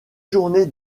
journées